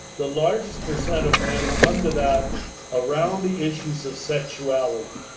the largest percent of men come to that around the issues of sexuality.